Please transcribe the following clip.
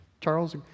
Charles